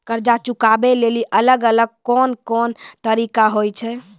कर्जा चुकाबै लेली अलग अलग कोन कोन तरिका होय छै?